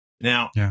Now